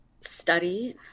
study